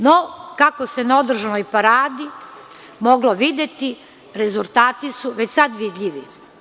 No, kako se na održanoj paradi moglo videti, rezultati su već sada vidljivi.